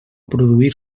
produir